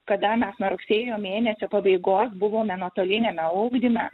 kada mes nuo rugsėjo mėnesio pabaigos buvome nuotoliniame ugdyme